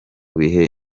bihe